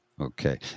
Okay